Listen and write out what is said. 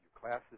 classes